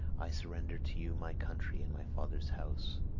i surrender to you my country and my father's house.